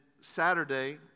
Saturday